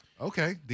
okay